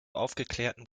aufgeklärten